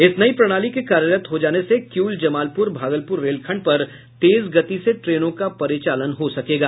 इस नई प्रणाली के कार्यरत हो जाने से किऊल जमालपुर भागलपुर रेलखंड पर तेज गति से ट्रेनों का परिचालन हो सकेगा